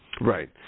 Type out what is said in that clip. right